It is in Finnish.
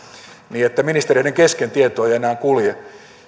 niin että ministereiden kesken tieto ei enää kulje